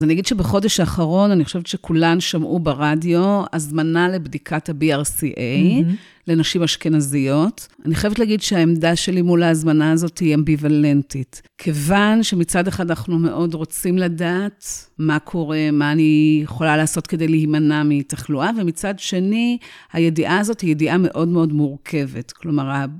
אז אני אגיד שבחודש האחרון, אני חושבת שכולן שמעו ברדיו, הזמנה לבדיקת הבי-אר-סי-איי לנשים אשכנזיות. אני חייבת להגיד שהעמדה שלי מול ההזמנה הזאת היא אמביוולנטית. כיוון שמצד אחד אנחנו מאוד רוצים לדעת מה קורה, מה אני יכולה לעשות כדי להימנע מתחלואה, ומצד שני, הידיעה הזאת היא ידיעה מאוד מאוד מורכבת. כלומר ה...